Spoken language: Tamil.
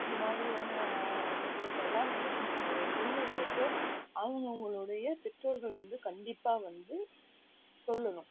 இந்தமாதிரியான நிகழ்வுகள்லாம் வந்து நம்மளுடைய குழந்தைகளுக்கு அவங்க அவங்களுடைய பெற்றோர்கள் வந்து கண்டிப்பாக வந்து சொல்லணும்